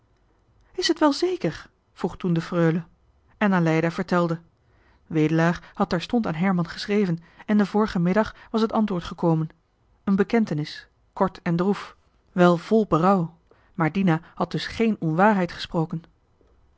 is het wel zeker vroeg toen de freule en aleida vertelde wedelaar had terstond aan herman geschreven en den vorigen middag was het antwoord gekomen een bekentenis kort en droef johan de meester de zonde in het deftige dorp wel vol berouw maar dina had dus géén onwaarheid gesproken